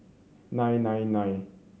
nine nine nine